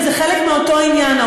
זה חלק מאותו עניין,